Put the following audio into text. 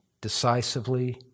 decisively